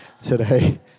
today